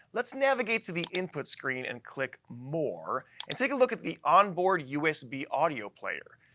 let's navigate to the input screen and click more and take a look at the onboard usb audio player.